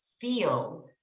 feel